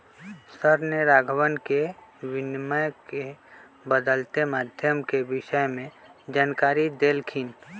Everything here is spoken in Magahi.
सर ने राघवन के विनिमय के बदलते माध्यम के विषय में जानकारी देल खिन